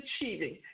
achieving